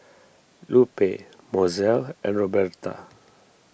Lupe Mozell and Roberta